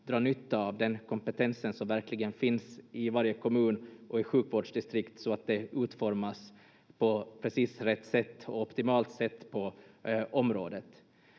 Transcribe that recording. dra nytta av den kompetensen som verkligen finns i varje kommun och i sjukvårdsdistrikt så att det utformas på precis rätt sätt och optimalt sätt på området.